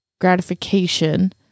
gratification